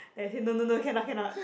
then I say no no no cannot cannot